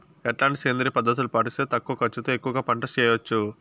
ఎట్లాంటి సేంద్రియ పద్ధతులు పాటిస్తే తక్కువ ఖర్చు తో ఎక్కువగా పంట చేయొచ్చు?